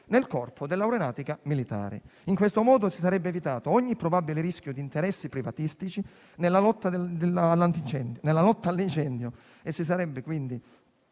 nel corpo dell'Aeronautica militare. In questo modo, si sarebbe evitato ogni probabile rischio di interessi privatistici nella lotta agli incendi e quindi